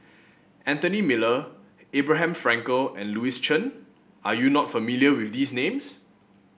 Anthony Miller Abraham Frankel and Louis Chen are you not familiar with these names